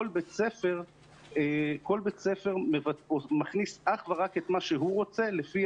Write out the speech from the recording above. כל בית ספר מכניס אך ורק את מה שהוא רוצה לפי